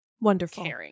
wonderful